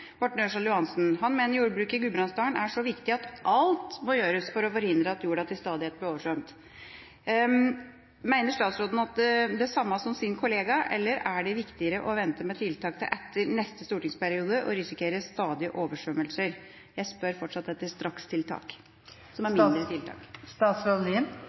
Morten Ørsal Johansen. Han mener jordbruket i Gudbrandsdalen er så viktig at alt må gjøres for å forhindre at jorda til stadighet blir oversvømt.» Mener statsråden det samme som sin kollega, eller er det viktigere å vente med tiltak til etter neste stortingsperiode – og risikere stadige oversvømmelser? Jeg spør fortsatt om strakstiltak, som